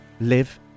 live